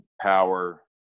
power